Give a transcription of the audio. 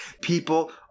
people